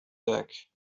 ذاك